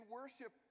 worship